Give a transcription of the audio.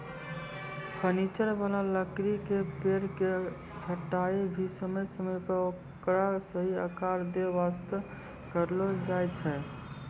furniture वाला लकड़ी के पेड़ के छंटाई भी समय समय पर ओकरा सही आकार दै वास्तॅ करलो जाय छै